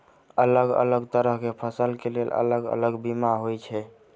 अलग अलग तरह केँ फसल केँ लेल अलग अलग बीमा होइ छै?